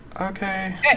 Okay